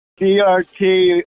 DRT